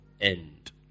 end